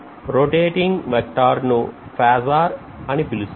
rotating vector ను phasor అని పిలుస్తాం